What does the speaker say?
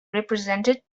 represented